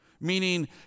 meaning